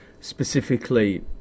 specifically